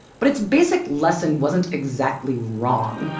but its basic lesson wasn't exactly wrong.